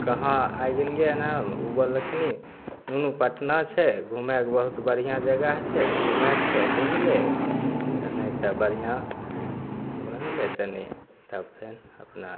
कहाँ आ गेलिए हँ हम ओ बोललखिन हिन्ने पटना छै घुमैके बहुत बढ़िआँ जगह छै घुमैके छौ घुमि ले नहि तऽ बढ़िआँ घुमि ले तनि तब फेर अपना